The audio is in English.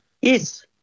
Yes